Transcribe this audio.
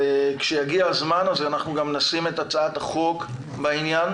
כשיגיע הזמן אז אנחנו גם נשים את הצעת החוק בעניין,